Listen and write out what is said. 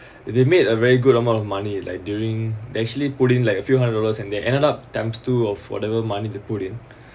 they made a very good amount of money like during actually put in like a few hundred dollars and they ended up times two of whatever money to put in